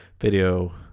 video